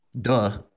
duh